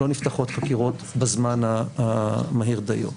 לא נפתחות חקירות בזמן המהיר דיו.